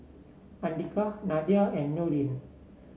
Andika Nadia and Nurin